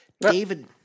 David